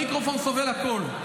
המיקרופון סובל הכול.